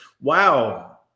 Wow